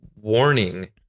warning